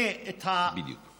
אז אני אמנה את, בדיוק.